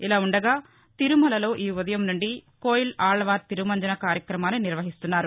ఇలా ఉండగా తిరుమలలో ఈఉదయం నుండి కోయిల్ ఆళ్వార్ తిరుమంజనం కార్యక్రమాన్ని నిర్వహిస్తున్నారు